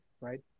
right